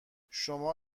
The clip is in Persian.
شما